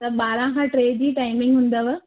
त ॿारहां खां टे जी टाइमिंग हुंदव